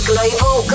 Global